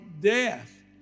death